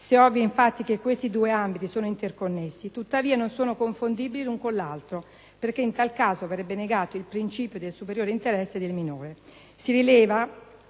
Si rileva